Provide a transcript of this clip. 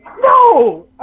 no